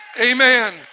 Amen